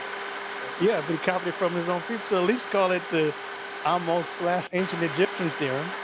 yeah, but he copied it from his own people, so at least call it the ahmose slash ancient egyptian theorem,